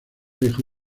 dejó